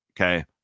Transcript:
Okay